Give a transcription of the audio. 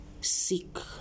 seek